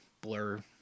blur